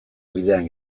bidean